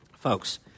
folks